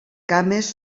cames